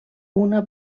una